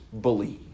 believe